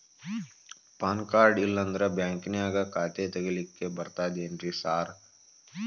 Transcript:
PAN card ಇಲ್ಲಂದ್ರ ಬ್ಯಾಂಕಿನ್ಯಾಗ ಖಾತೆ ತೆಗೆಲಿಕ್ಕಿ ಬರ್ತಾದೇನ್ರಿ ಸಾರ್?